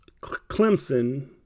Clemson